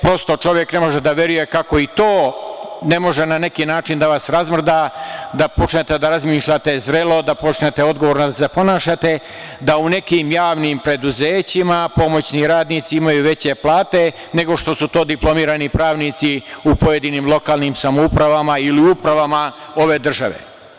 Prosto čovek ne može da veruje kako i to ne može na neki način da vas razmrda da početne da razmišljate zrelo, da počnete odgovorno da se ponašate, da u nekim javnim preduzećima pomoćni radnici imaju veće plate nego što su to diplomirani pravnici u pojedinim lokalnim samoupravama ili upravama ove države.